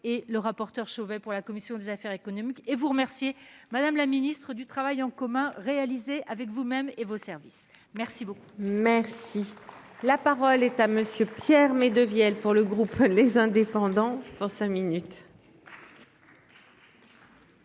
et le rapporteur Chauvet. Pour la commission des affaires économiques et vous remercier Madame la Ministre du travail en commun réalisé avec vous-même et vos certes. Merci beaucoup, merci, la parole est à monsieur Pierre mais deviennent pour le groupe les indépendants pour cinq minutes.